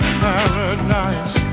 paradise